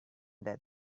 that